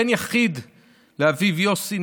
בן יחיד לאביו יוסי,